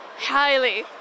Highly